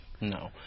No